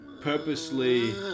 purposely